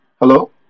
Hello